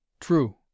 True